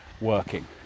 working